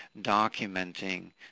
documenting